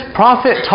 prophet